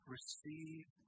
Receive